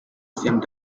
same